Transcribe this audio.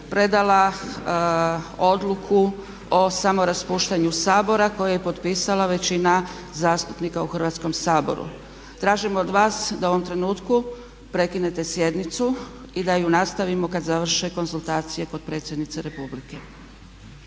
predala odluku o samo raspuštanju Sabora koju je potpisala većina zastupnika u Hrvatskom saboru. Tražim od vas da u ovom trenutku prekinete sjednicu i da ju nastavimo kad završe konzultacije kod predsjednice Republike.